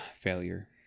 failure